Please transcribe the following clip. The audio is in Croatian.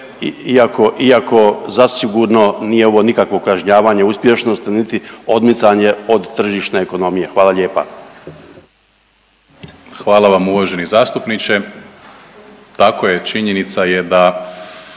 iako zasigurno nije ovo nikakvo kažnjavanje uspješnosti niti odmicanje od tržišne ekonomije. Hvala lijepa. **Primorac, Marko** Hvala vam uvaženi zastupniče. Tako je, činjenica je da